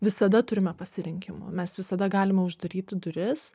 visada turime pasirinkimų mes visada galime uždaryti duris